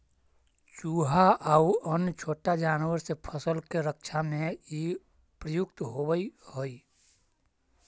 चुहा आउ अन्य छोटा जानवर से फसल के रक्षा में इ प्रयुक्त होवऽ हई